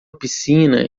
piscina